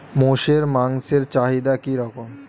মোষের মাংসের চাহিদা কি রকম?